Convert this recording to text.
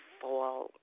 fall